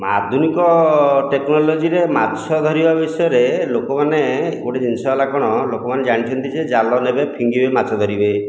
ଆଧୁନିକ ଟେକ୍ନୋଲୋଜିରେ ମାଛ ଧରିବା ବିଷୟରେ ଲୋକମାନେ ଗୋଟେ ଜିନିଷ ହେଲା କ'ଣ ଲୋକମାନେ ଜାଣିଛନ୍ତି ଯେ ଜାଲ ନେବେ ଫିଙ୍ଗିବେ ମାଛ ଧରିବେ